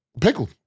Pickled